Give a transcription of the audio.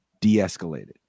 de-escalated